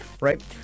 right